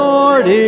Lord